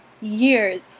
years